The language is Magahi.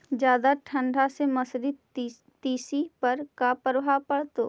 जादा ठंडा से मसुरी, तिसी पर का परभाव पड़तै?